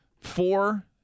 four